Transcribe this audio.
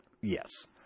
Yes